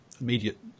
immediate